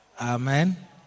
Amen